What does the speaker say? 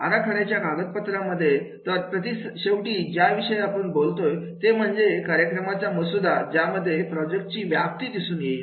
आराखड्याच्या कागदपत्रांमध्ये तर शेवटी ज्याविषयी आपण बोलतोय ते म्हणजे कार्यक्रमाची मसुदा ज्यामध्ये प्रोजेक्टची व्याप्ती दिसून येईल